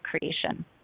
creation